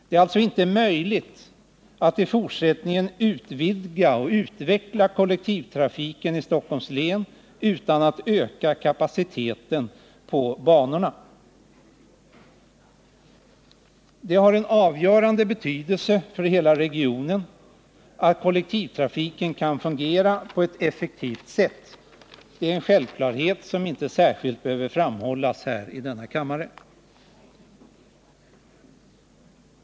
Det är inte möjligt att i fortsättningen utvidga och utveckla kollektivtrafiken i Stockholms län utan att öka Det är av avgörande betydelse för hela regionen att kollektivtrafiken kan fungera på ett effektivt sätt. Det är en självklarhet, som inte särskilt behöver framhållas i denna kammare.